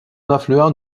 affluent